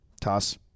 Toss